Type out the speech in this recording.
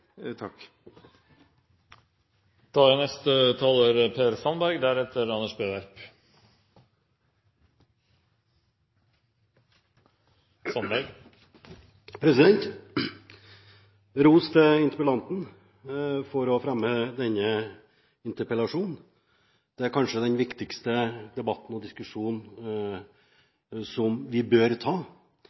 interpellanten for å fremme denne interpellasjonen. Det er kanskje den viktigste debatten og diskusjonen som vi bør ta.